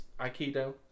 Aikido